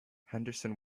henderson